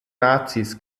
nazis